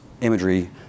imagery